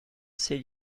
ces